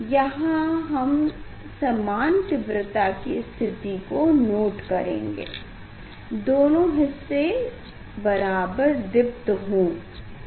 यहाँ हम समान तीव्रता की स्थिति को नोट करेंगे दोनों हिस्से बराबर दीप्त हों